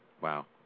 Wow